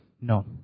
No